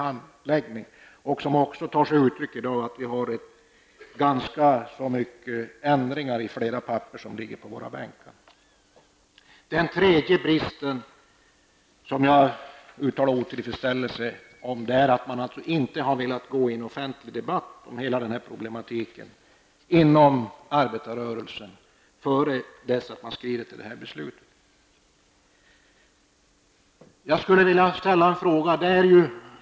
Brådskan har också tagit sig uttryck i att vi i dag fått rättelseblad på våra bänkar. Den tredje bristen som jag uttalade otillfredsställelse över är att man inom arbetarrörelsen inte velat gå in i en offentlig debatt om hela den här problematiken, innan man nu skrider till beslut.